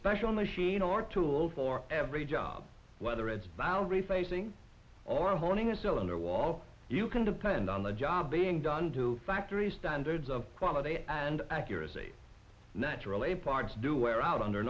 special machine or tool for every job whether it's valerie facing are holding a cylinder wall you can depend on the job being done to factory standards of quality and accuracy natural a parts do wear out under